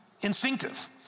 instinctive